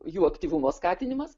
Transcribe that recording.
jų aktyvumo skatinimas